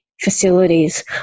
facilities